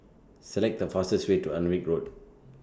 Select The fastest Way to Alnwick Road